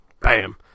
Bam